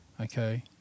Okay